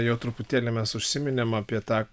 jau truputėlį mes užsiminėm apie tą